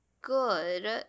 good